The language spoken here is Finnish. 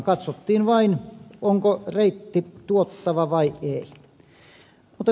katsottiin vain onko reitti tuottava vai ei